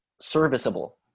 serviceable